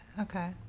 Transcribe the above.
okay